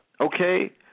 Okay